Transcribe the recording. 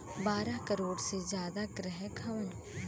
बारह करोड़ से जादा ग्राहक हउवन